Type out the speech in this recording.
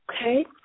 Okay